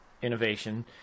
innovation